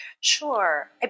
Sure